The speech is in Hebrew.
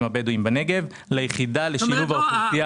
הבדואים בנגב ליחידה לשילוב האוכלוסייה הבדואית.